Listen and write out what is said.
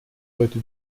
heute